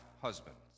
husbands